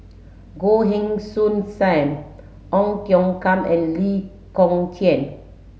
Goh Heng Soon Sam Ong Tiong Khiam and Lee Kong Chian